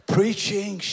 Preaching